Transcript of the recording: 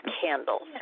candles